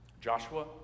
Joshua